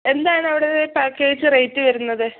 എന്താണ് അവിടെ ഒരു പാക്കേജ് റേറ്റ് വരുന്നത്